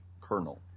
colonel